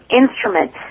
instrument